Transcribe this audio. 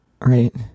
Right